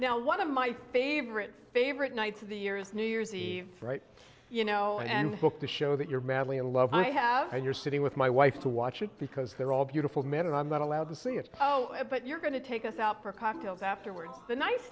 now one of my favorite favorite nights of the year is new year's eve right you know and book the show that you're madly in love i have you're sitting with my wife to watch it because they're all beautiful men and i'm not allowed to see it but you're going to take us out for cocktails afterwards the nice